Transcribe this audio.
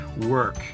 work